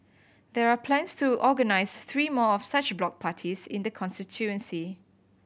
there are plans to organise three more of such block parties in the constituency